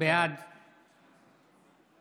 בעד